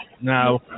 Now